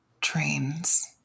trains